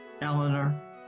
Eleanor